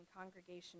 Congregation